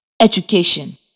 education